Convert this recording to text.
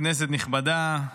כנסת נכבדה,